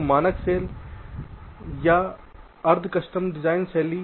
तो मानक सेल या अर्ध कस्टम डिजाइन शैली